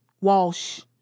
Walsh